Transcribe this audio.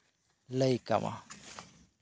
ᱞᱟᱹᱭ ᱠᱟᱢᱟ